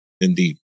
indeed